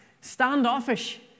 Standoffish